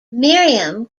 miriam